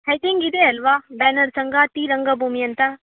heading ಇದೆ ಅಲ್ವ banner ಸಂಗಾತಿ ರಂಗಭೂಮಿ ಅಂತ